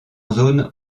zone